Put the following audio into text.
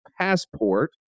passport